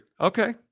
Okay